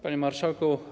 Panie Marszałku!